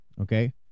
Okay